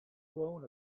blown